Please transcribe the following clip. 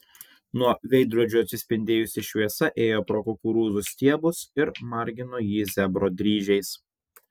nuo veidrodžių atsispindėjusi šviesa ėjo pro kukurūzų stiebus ir margino jį zebro dryžiais